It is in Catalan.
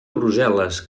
brussel·les